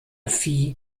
phi